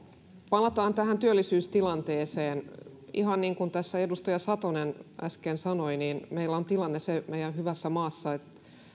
palataan tähän työllisyystilanteeseen ihan niin kuin tässä edustaja satonen äsken sanoi meillä on se tilanne meidän hyvässä maassamme että